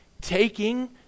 taking